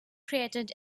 created